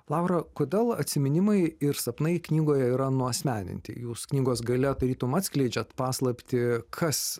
laura kodėl atsiminimai ir sapnai knygoje yra nuasmeninti jūs knygos gale tarytum atskleidžiant paslaptį kas